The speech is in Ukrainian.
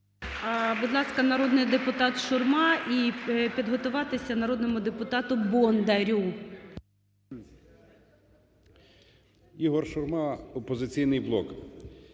Будь ласка, народний депутат Шурма. І підготуватися народному депутату Бондарю.